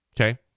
Okay